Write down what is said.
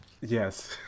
Yes